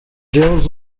james